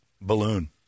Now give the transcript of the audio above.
balloon